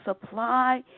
supply